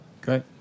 great